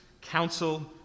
council